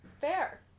Fair